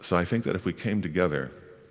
so i think that if we came together,